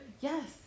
Yes